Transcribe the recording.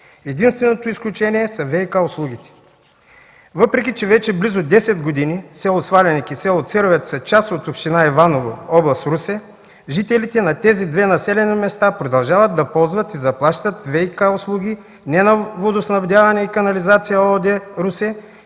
Единственото изключение са ВиК услугите. Въпреки че вече 10 години с. Сваленик и с. Церовец са част от община Иваново, област Русе, жителите на тези две населени места продължават да ползват и да плащат ВиК услуги не на „ВиК” ООД, Русе,